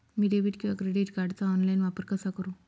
मी debit किंवा credit कार्डचा online वापर कसा करु?